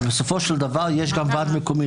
בסופו של דבר יש גם ועד מקומי.